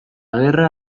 gerra